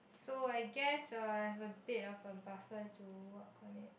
so I guess uh I have a bit of a buffer to work on it